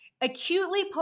acutely